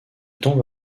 tombe